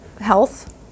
health